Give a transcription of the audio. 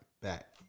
back